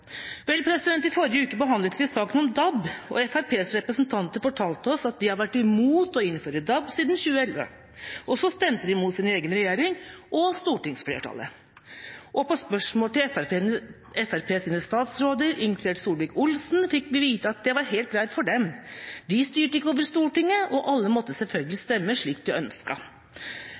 Vel, i forrige uke behandlet vi saken om DAB, og Fremskrittspartiets representanter fortalte oss at de hadde vært imot å innføre DAB siden 2011, og så stemte de mot sin egen regjering – og stortingsflertallet. Og på spørsmål til Fremskrittspartiets statsråder, inkludert Solvik-Olsen, fikk vi vite at det var helt greit for dem; de styrte ikke over Stortinget, og alle måtte selvfølgelig stemme slik de